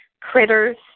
critters